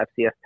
FCS